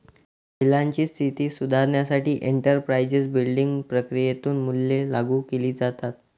महिलांची स्थिती सुधारण्यासाठी एंटरप्राइझ बिल्डिंग प्रक्रियेतून मूल्ये लागू केली जातात